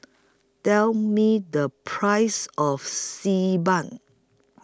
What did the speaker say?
Tell Me The Price of Xi Ban